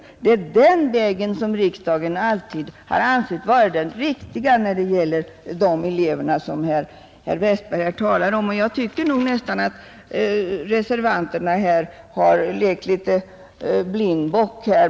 Det är den vägen som riksdagen alltid ansett vara den riktiga. Jag tycker nog att reservanterna här nästan har lekt blindbock.